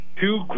two